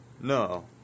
No